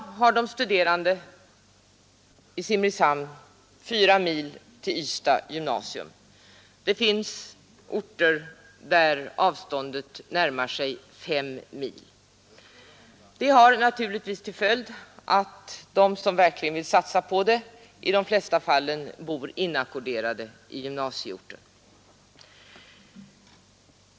De studerande i Simrishamn har fyra mil till Ystads gymnasium. Det finns orter där avståndet närmar sig fem mil. Det har naturligtvis till följd att de som verkligen vill satsa på sin utbildning i de flesta fall bor inackorderade i gymnasieorten.